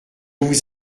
vous